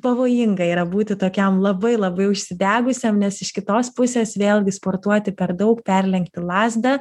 pavojinga yra būti tokiam labai labai užsidegusiam nes iš kitos pusės vėlgi sportuoti per daug perlenkti lazdą